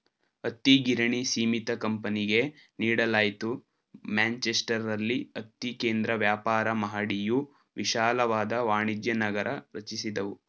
ಹತ್ತಿಗಿರಣಿ ಸೀಮಿತ ಕಂಪನಿಗೆ ನೀಡಲಾಯ್ತು ಮ್ಯಾಂಚೆಸ್ಟರಲ್ಲಿ ಹತ್ತಿ ಕೇಂದ್ರ ವ್ಯಾಪಾರ ಮಹಡಿಯು ವಿಶಾಲವಾದ ವಾಣಿಜ್ಯನಗರ ರಚಿಸಿದವು